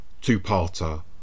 two-parter